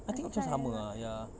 I think macam sama ah ya